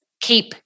keep